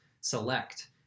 select